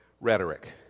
rhetoric